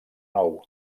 nou